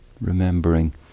Remembering